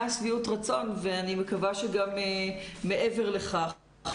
היה שביעות רצון ואני מקווה שגם מעבר לכך.